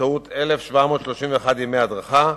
באמצעות 1,731 ימי הדרכה,